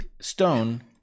Stone